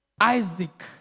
Isaac